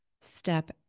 step